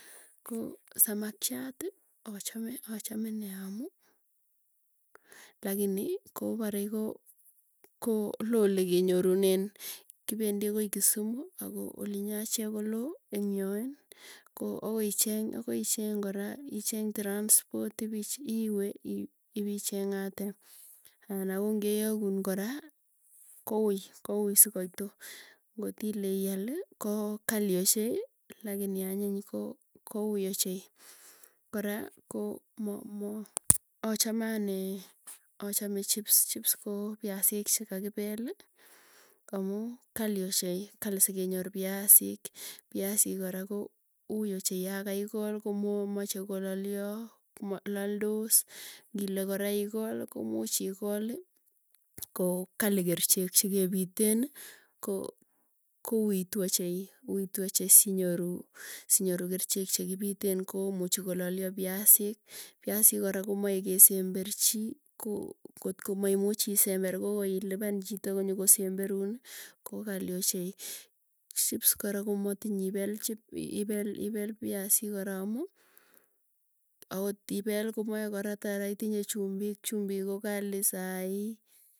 Koo samakiati achame achame nea amuu, lakini kopare ko loo olekenyorunen kipendi akoi kisumu ako olinyoo achek koloo eng yoen. Ko akoicheng akoicheng kora icheng transport ipich iwee ipicheng'ate, ana ko ngeyagun kora koui koui sukoitu. Ngotile iali ko kali ochei lakini, anyiny ko koui, ochei. Kora ko mo mo achame ane achame chips chips koo piasik chikakipeli, amuu kali ochei kali sikenyor piasik. Piasik kora koui ochei yakaikol komomache kolalya, kimalaldose, ngile kora ikol komuuch ikoli koo kali kerichek chikepiteni ko kouitu ochei uitu ochei sii nyoru sinyoru kerchek chekipiten. Komuchi kololya piasik, piasik kora komae kesemberchi ko kotko maimuchi isember kokoi ilipan chito konyokosemberun ko kali ochei. Chips kora komatiny ipel chips ipel ipel piasik kora amuu, ako ipel komoe kora tara itinye chumbik, chumbik kokali sai.